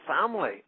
family